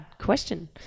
question